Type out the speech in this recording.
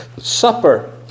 Supper